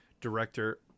director